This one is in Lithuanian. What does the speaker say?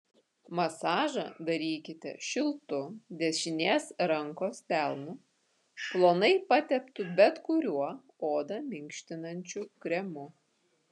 masažą darykite šiltu dešinės rankos delnu plonai pateptu bet kuriuo odą minkštinančiu kremu